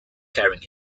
carrying